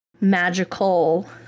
magical